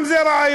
גם זה רעיון.